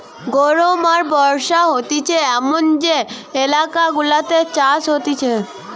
গরম আর বর্ষা হতিছে এমন যে এলাকা গুলাতে চাষ হতিছে